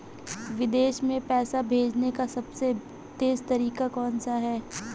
विदेश में पैसा भेजने का सबसे तेज़ तरीका कौनसा है?